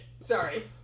sorry